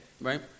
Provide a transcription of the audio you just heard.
right